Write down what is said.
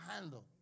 handle